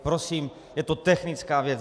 Prosím, je to technická věc.